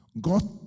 God